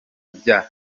bya